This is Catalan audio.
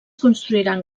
construiran